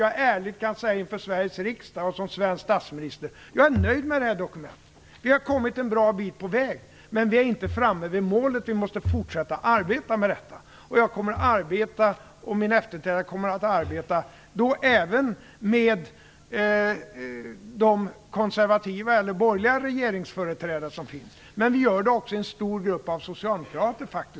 Det gör att jag inför Sveriges riksdag som svensk statsminister ärligt kan säga att jag är nöjd med dokumentet. Vi har kommit en bra bit på väg, men vi är inte framme vid målet. Vi måste fortsätta arbeta med detta. Jag och min efterträdare kommer även att arbeta med de konservativa eller borgerliga regeringsföreträdare som finns, men vi gör det också i en stor grupp av socialdemokrater i Europa.